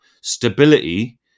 stability